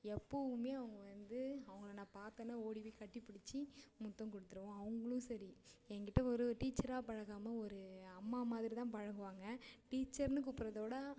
எப்பவுமே அவங்க வந்து அவங்களை நான் பார்த்தேன்னா ஓடி போய் கட்டிப்பிடிச்சி முத்தம் கொடுத்துடுவோம் அவங்களும் சரி என்கிட்ட ஒரு ஒரு டீச்சராக பழகாமல் ஒரு அம்மா மாதிரிதான் பழகுவாங்க டீச்சர்னு கூப்பிடறத விட